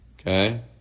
Okay